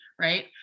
right